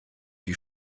die